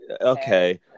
Okay